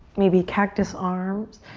maybe cactus arms.